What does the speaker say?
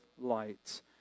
light